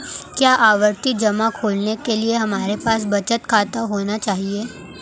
क्या आवर्ती जमा खोलने के लिए हमारे पास बचत खाता होना चाहिए?